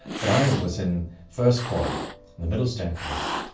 but i was in first court in the middle staircase,